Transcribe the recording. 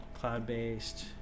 cloud-based